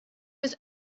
was